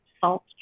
salt